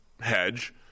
hedge